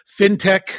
fintech